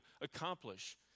accomplish